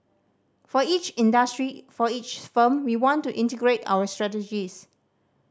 for each industry for each firm we want to integrate our strategies